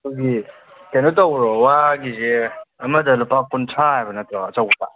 ꯑꯩꯈꯣꯏꯒꯤ ꯀꯩꯅꯣ ꯇꯧꯕ꯭ꯔꯣ ꯋꯥꯒꯤꯁꯦ ꯑꯃꯗ ꯂꯨꯄꯥ ꯀꯨꯟꯊ꯭ꯔꯥ ꯍꯥꯏꯕ ꯅꯠꯇ꯭ꯔꯣ ꯑꯆꯧꯕꯗ